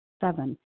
Seven